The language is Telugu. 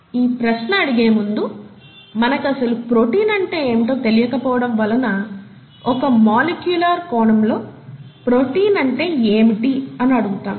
ఈ ప్రశ్న అడిగే ముందు మనకి అసలు ప్రోటీన్ అంటే ఏమిటో తెలియక పోవడం వలన ఒక మాలిక్యులర్ కోణం లో ప్రోటీన్ అంటే ఏమిటి అని అడుగుతాము